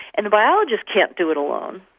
and the biologist can't do it alone,